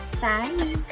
Bye